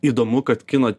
įdomu kad kino